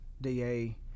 DA